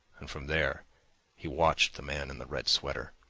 and from there he watched the man in the red sweater.